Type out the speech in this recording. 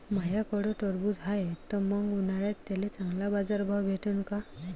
माह्याकडं टरबूज हाये त मंग उन्हाळ्यात त्याले चांगला बाजार भाव भेटन का?